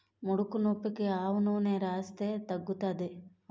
ముడుకునొప్పికి ఆవనూనెని రాస్తే తగ్గుతాది